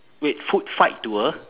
wait food fight to a